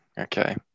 okay